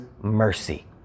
mercy